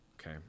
okay